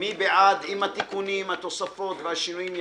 מי בעד עם התיקונים, התוספות השינויים?